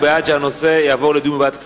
הוא בעד שהנושא יעבור לדיון בוועדת הכספים.